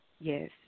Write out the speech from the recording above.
Yes